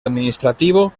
administrativo